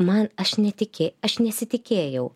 man aš netiki aš nesitikėjau